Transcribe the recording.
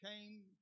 came